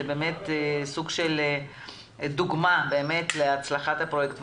זה באמת סוג של דוגמה להצלחת הפרויקט.